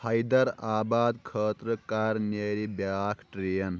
حیدرآباد خٲطرٕ کر نیرِ بیاکھ ٹرین